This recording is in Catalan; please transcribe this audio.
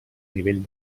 nivell